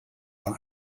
war